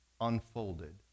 unfolded